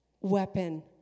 weapon